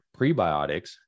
prebiotics